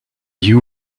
you